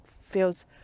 feels